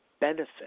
benefit